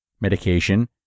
medication